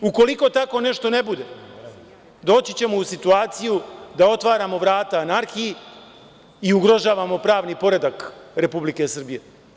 Ukoliko tako nešto ne bude, doći ćemo u situaciju da otvaramo vrata anarhiji i ugrožavamo pravni poredak Republike Srbije.